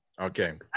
Okay